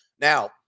Now